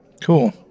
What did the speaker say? Cool